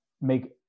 make